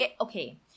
okay